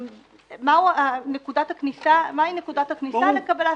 מהי נקודת הכניסה לקבלה.